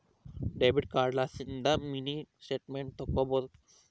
debit card ಲಿಸಿಂದ mini statement ತಕ್ಕೊಬೊದು